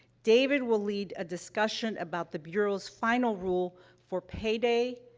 david will lead a discussion about the bureau's final rule for payday,